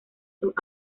sus